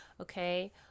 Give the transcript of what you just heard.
okay